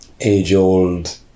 age-old